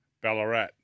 Ballarat